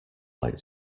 like